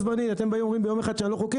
ואתם באים ואומרים יום אחד שאני לא חוקי,